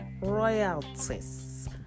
Royalties